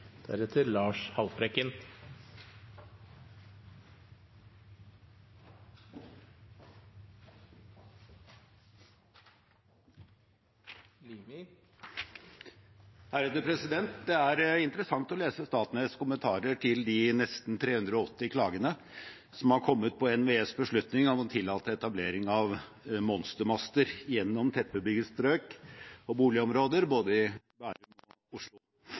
Det er interessant å lese Statnetts kommentarer til de nesten 380 klagene som har kommet på NVEs beslutning om å tillate etablering av monstermaster gjennom tettbebygde strøk og boligområder, både i Bærum og i Oslo.